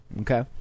Okay